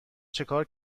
چیکار